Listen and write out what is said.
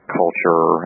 culture